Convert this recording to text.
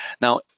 Now